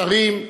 שרים,